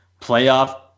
playoff